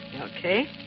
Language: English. Okay